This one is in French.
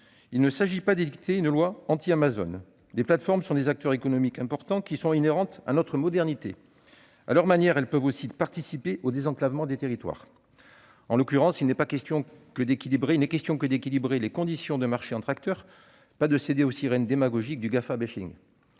il ne s'agit pas d'édicter une loi anti-Amazon. Les plateformes sont des acteurs économiques importants qui sont inhérentes à notre modernité. À leur manière, elles peuvent aussi participer au désenclavement des territoires. En l'occurrence, il n'est question que d'équilibrer les conditions de marché entre acteurs, pas de céder aux sirènes démagogiques du « GAFA bashing